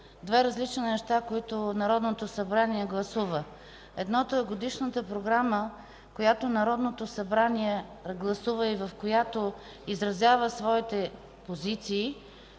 две различни неща, които Народното събрание гласува. Едното е Годишната програма, която Народното събрание гласува и в която изразява своите позиции,